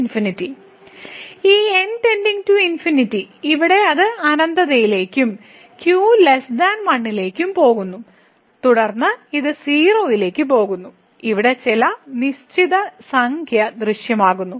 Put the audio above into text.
ഈ ഇവിടെ അത് അനന്തതയിലേക്കും q 1 ലേക്ക് പോകുന്നു തുടർന്ന് ഇത് 0 ലേക്ക് പോകുന്നു ഇവിടെ ചില നിശ്ചിത സംഖ്യ ദൃശ്യമാകുന്നു